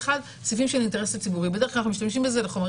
ואחד בסעיפים של האינטרס הציבורי.